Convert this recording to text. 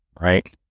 right